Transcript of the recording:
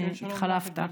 התחלפת.